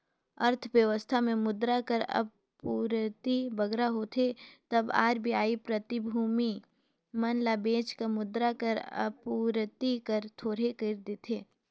अर्थबेवस्था में मुद्रा कर आपूरति बगरा होथे तब आर.बी.आई प्रतिभूति मन ल बेंच कर मुद्रा कर आपूरति ल थोरहें कइर देथे